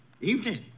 Evening